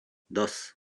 dos